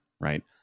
right